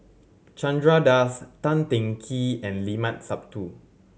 Chandra Das Tan Teng Kee and Limat Sabtu